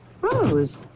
Rose